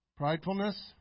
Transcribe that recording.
Pridefulness